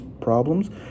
problems